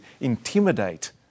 intimidate